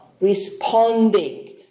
responding